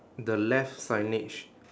the left signage